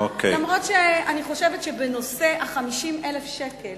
אף-על-פי שאני חושבת שבנושא 50,000 השקל